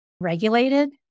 regulated